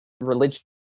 religion